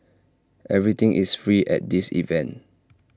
everything is free at this event